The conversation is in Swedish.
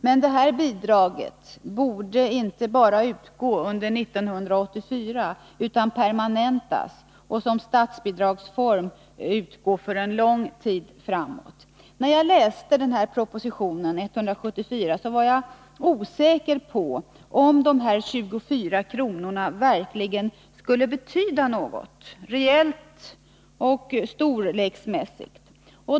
Men detta bidrag borde inte bara utgå under 1984 utan permanentas som statsbidragsform för en lång tid framåt. När jag läste proposition 174 var jag osäker på om dessa 24 kr. verkligen skulle betyda något reellt och storleksmässigt.